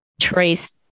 traced